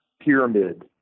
pyramid